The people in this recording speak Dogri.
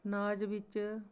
नाज बिच्च